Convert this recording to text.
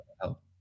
help